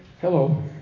hello